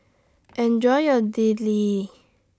Enjoy your Idili